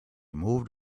moved